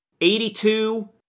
82